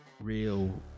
real